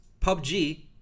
PUBG